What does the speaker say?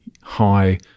high